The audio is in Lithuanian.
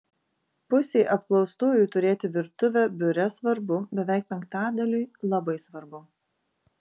pusei apklaustųjų turėti virtuvę biure svarbu beveik penktadaliui labai svarbu